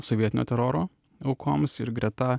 sovietinio teroro aukoms ir greta